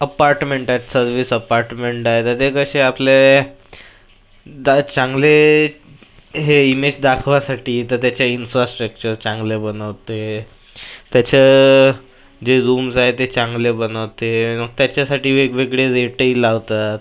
apartment आहेत service apartment आहेत तर ते कसे आपले दात चांगले हे इमेज दाखवासाठी आहे तर त्याचे इन्फ्रास्ट्रक्चर चांगले बनवते त्याचं जे रूम्स आहे ते चांगले बनवते मग त्याच्यासाठी वेगवेगळे रेटही लावतात